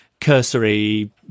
cursory